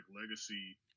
legacy